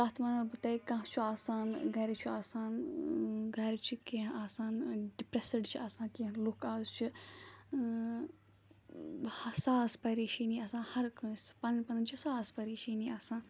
تَتھ وَنو بہٕ تۄہہِ کانٛہہ چھُ آسان گَرِ چھُ آسان گَرِ چھِ کیٚنٛہہ آسان ڈِپرٛٮ۪سٕڈ چھِ آسان کیٚنٛہہ لُکھ اَز چھِ ساس پَریشٲنی آسان ہَر کٲنٛسہِ پَنٕنۍ پَنٕنۍ چھِ ساس پَریشٲنی آسان